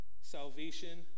salvation